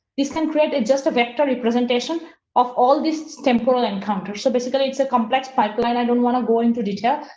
this can create it just a victory presentation of all this temporal encounter. so, basically, it's a complex pipeline. i don't want to go into detail,